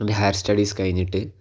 എൻറ്റെ higher studies കഴിഞ്ഞിട്ട്